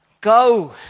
Go